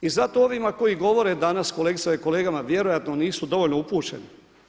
I zato ovima koji govore danas, kolegicama i kolegama vjerojatno nisu dovoljno upućeni.